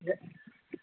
ज